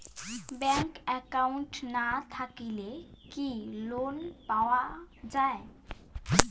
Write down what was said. Bank account না থাকিলে কি লোন পাওয়া য়ায়?